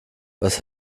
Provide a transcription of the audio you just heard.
was